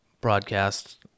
broadcast